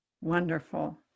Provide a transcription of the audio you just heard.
Wonderful